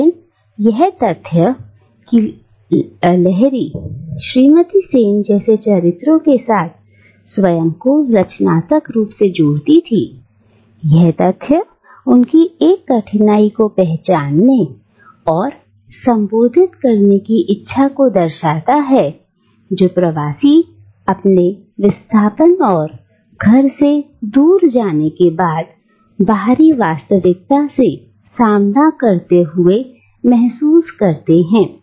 लेकिन यह तथ्य की लाहिरी श्रीमती सेन जैसे चरित्रों के साथ स्वयं को रचनात्मक रूप से जोड़ती थी यह तथ्य उनकी एक कठिनाई को पहचानने और संबोधित करने की इच्छा को दर्शाता है जो एक प्रवासी अपने विस्थापन और घर से दूर जाने के बाद बाहरी वास्तविकता से सामना करते हुए महसूस करता है